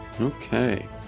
Okay